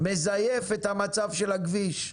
מזייף את מצב הכביש,